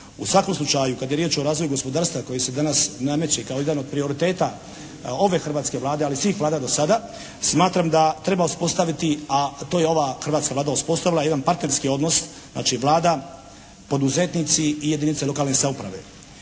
U svakom slučaju kad je riječ o razvoju gospodarstva koji se danas nameće kao jedan od prioriteta ove hrvatske Vlade ali i svih vlada do sada, smatram da treba uspostaviti a to je ova hrvatska Vlada uspostavila jedan partnerski odnos, znači Vlada, poduzetnici i jedinice lokalne samouprave.